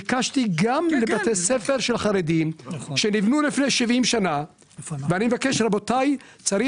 ביקשתי להרוס בתי ספר של חרדים שנבנו לפני 70 שנה ולבנות אותם